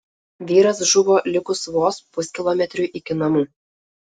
vyras žuvo likus vos puskilometriui iki namų